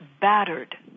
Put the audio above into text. battered